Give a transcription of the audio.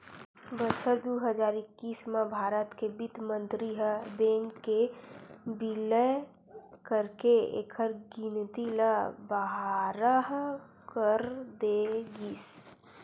बछर दू हजार एक्कीस म भारत के बित्त मंतरी ह बेंक के बिलय करके एखर गिनती ल बारह कर दे गिस